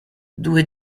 due